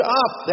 up